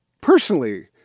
personally